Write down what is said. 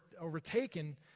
overtaken